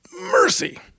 mercy